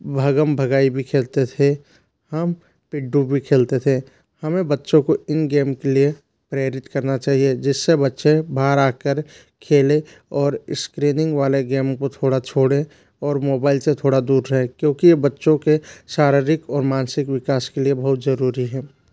भागम भगाई भी खेलते थे हम पिंटू भी खेलते थे हमें बच्चों को इन गेम के लिए प्रेरित करना चाहिए जिससे बच्चे बाहर आकर खेले और इस्क्रीनिंग वाले गेम को थोड़ा छोड़े और मोबाइल से थोड़ा दूर है क्योंकि बच्चों के शारीरिक और मानसिक विकास के लिए बहुत जरूरी है